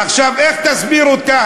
עכשיו, איך תסביר אותה?